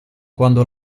quando